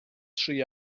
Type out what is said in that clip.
tri